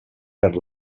per